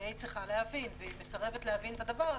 זה היא צריכה להבין, והיא מסרבת להבין את זה.